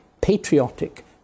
patriotic